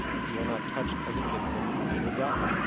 if you are not touched as an infant you will die.